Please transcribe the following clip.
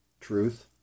truth